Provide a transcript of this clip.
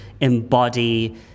embody